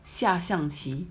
下象棋